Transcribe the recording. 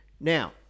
Now